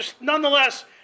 Nonetheless